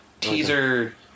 teaser